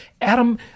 Adam